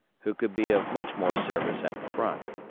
who could be of much more service at the front.